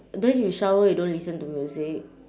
then you shower you don't listen to music